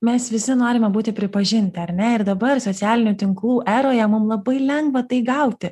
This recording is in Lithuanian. mes visi norime būti pripažinti ar ne ir dabar socialinių tinklų eroje mum labai lengva tai gauti